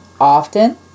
often